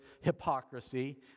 hypocrisy